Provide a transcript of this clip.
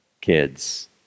kids